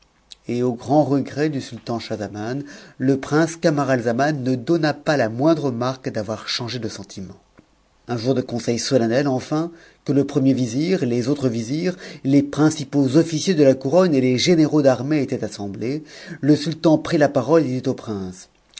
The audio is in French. et au grand regret du sultan schahzaman le prince camaralzaman ne donna pas la moindre marque d'avoir changé de sentiment un jour de conseil solennel enfin que le premier vizir les autres vizirs les principaux officiers de la couronne et les généraux d'athée étaient assemblés lesultan prit la parole et dit au prince